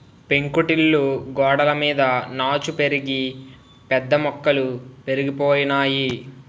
పెంకుటిల్లు గోడలమీద నాచు పెరిగి పెద్ద మొక్కలు పెరిగిపోనాయి